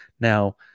Now